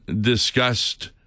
discussed